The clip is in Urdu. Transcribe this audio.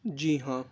جی ہاں